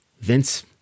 Vince